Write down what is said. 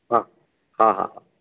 हा हा हा